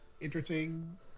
interesting